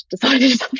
decided